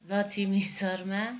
Lakshmi Sharma